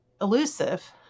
elusive